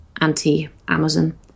anti-Amazon